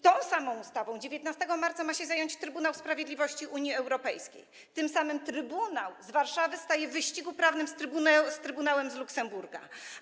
Tą samą ustawą w dniu 19 marca ma się zająć Trybunał Sprawiedliwości Unii Europejskiej, tym samym trybunał z Warszawy staje w wyścigu prawnym z Trybunałem z Luksemburga.